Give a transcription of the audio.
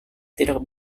tidak